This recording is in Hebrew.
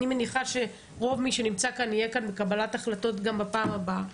אני מניחה שרוב מי שנמצא כאן יהיה בקבלת החלטות גם בפעם הבאה,